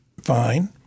Fine